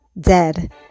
dead